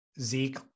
Zeke